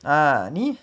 ah